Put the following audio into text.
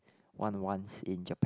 one once in Japan